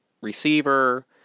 receiver